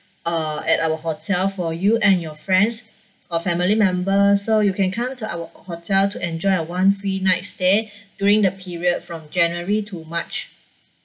uh at our hotel for you and your friends or family members so you can come to our hotel to enjoy a one free night stay during the period from january to march